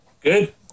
good